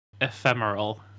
ephemeral